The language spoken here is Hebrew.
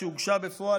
שהוגשה בפועל.